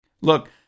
Look